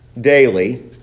daily